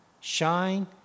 shine